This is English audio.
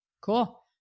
cool